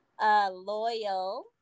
loyal